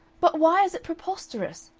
but why is it preposterous?